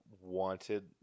wanted